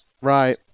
right